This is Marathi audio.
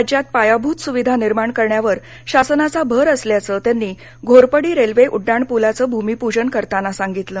राज्यात पायाभूत सुविधा निर्माण करण्यावर शासनाचा भर असल्याचं त्यांनी घोरपडी रेल्वे उड्डाणपूलाचे भूमिपूजन करताना सांगितलं